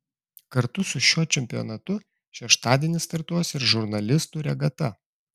kartu su šiuo čempionatu šeštadienį startuos ir žurnalistų regata